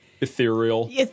Ethereal